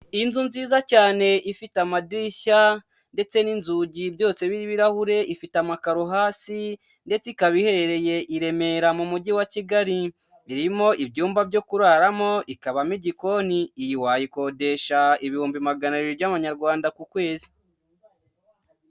Inzu nziza cyane ifite amadirishya ndetse n'inzugi byose n'ibirahure, ifite amakaro hasi ndetse ikaba iherereye i Remera mu mujyi wa Kigali. Irimo ibyumba byo kuraramo, ikabamo igikoni, iyi wakodesha ibihumbi magana abiri by'amanyarwanda ku kwezi.